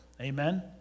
Amen